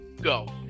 Go